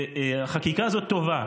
החקיקה הזאת טובה.